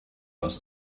aus